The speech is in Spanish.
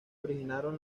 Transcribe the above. originaron